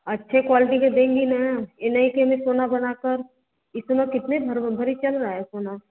अच्छे क्वालिटी के देंगी ना ये नहीं कि हमें सोना बनाकर इतना कितना घर में भरी चल रहा है सोना